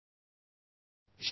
शकते